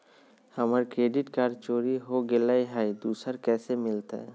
हमर credit card चोरी हो गेलय हई, दुसर कैसे मिलतई?